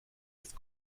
ist